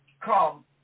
come